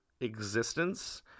existence